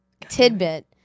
tidbit